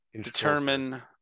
determine